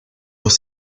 los